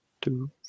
two